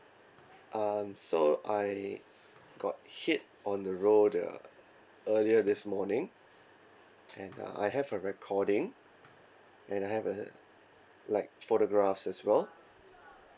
um so I got hit on the road uh earlier this morning and uh I have a recording and I have a like photographs as well